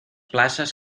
places